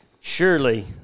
surely